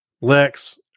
Lex